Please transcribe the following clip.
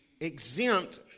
exempt